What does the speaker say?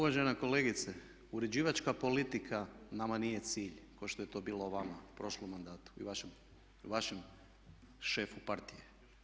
Uvažena kolegice, uređivačka politika nama nije cilj kao što je to bilo vama u prošlom mandatu i vašem šefu partije.